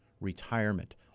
retirement